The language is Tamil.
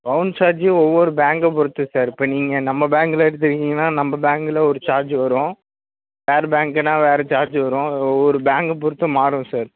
பவுன்ஸ் சார்ஜு ஒவ்வொரு பேங்கை பொறுத்து சார் இப்போ நீங்கள் நம்ம பேங்கில் எடுத்துக்கிட்டீங்கன்னால் நம்ப பேங்கில் ஒரு சார்ஜு வரும் வேறு பேங்க்னால் வேறு சார்ஜு வரும் ஒவ்வொரு பேங்க்கை பொறுத்து மாறும் செர்